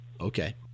Okay